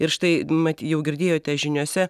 ir štai mat jau girdėjote žiniose